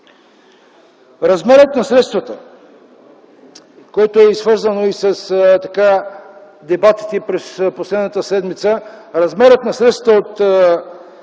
Размерът на средствата, който е свързан и с дебатите през последната седмица,